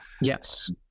Yes